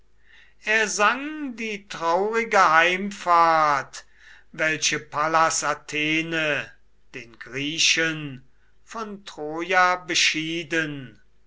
er sang die traurige heimfahrt welche pallas athene den griechen von troja beschieden